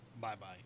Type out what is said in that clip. bye-bye